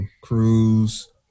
cruise